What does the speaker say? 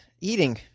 eating